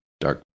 dark